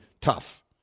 tough